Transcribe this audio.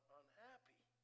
unhappy